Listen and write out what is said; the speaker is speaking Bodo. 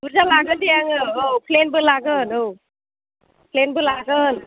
बुरजा लागोन दे आङो औ प्लेनबो लागोन औ प्लेनबो लागोन